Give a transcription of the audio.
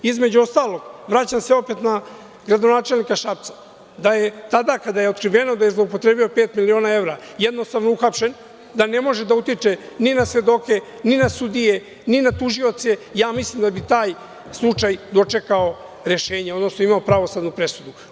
Između ostalog, vraćam se opet na gradonačelnika Šapca, da je tada kada je otkriveno da je zloupotrebio pet miliona evra, jednostavno uhapšen da ne može da utiče ni na svedoke, ni na sudije, ni na tužioce, ja mislim da bi taj slučaj dočekao rešenje, odnosno imao pravosnažnu presudu.